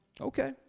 okay